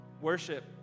worship